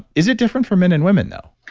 is it different for men and women though?